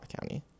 County